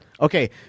Okay